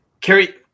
Kerry